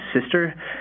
sister